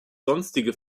sonstige